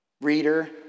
Reader